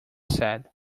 said